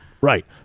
Right